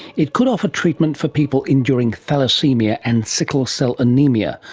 it could offer treatment for people enduring thalassaemia and sickle-cell anaemia,